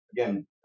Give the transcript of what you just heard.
again